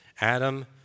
Adam